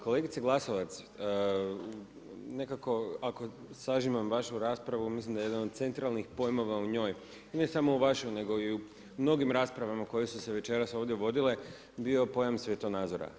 Kolegice Glasovac, nekako ako sažimam vašu raspravu mislim da jedan od centralnih pojmova u njoj i ne samo u vašoj nego i u mnogim raspravama koje su se večeras ovdje vodile bio pojam svjetonazora.